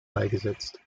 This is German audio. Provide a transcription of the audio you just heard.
beigesetzt